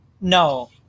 No